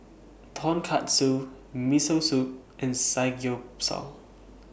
Tonkatsu Miso Soup and Samgyeopsal